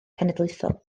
cenedlaethol